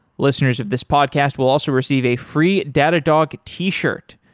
listeners of this podcast will also receive a free datadog t-shirt.